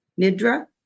Nidra